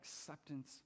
acceptance